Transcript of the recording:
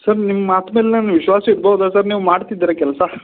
sir ನಿಮ್ಮ ಮಾತು ಮೇಲೆ ನಾನು ವಿಶ್ವಾಸ ಇಡ್ಬೋದಾ ಸರ್ ನೀವು ಮಾಡ್ತಿದ್ದೀರಾ ಕೆಲಸ